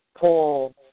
Paul